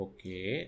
Okay